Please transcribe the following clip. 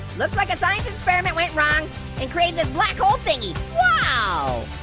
looks like a science experiment went wrong and created the black hole thingy. whoa,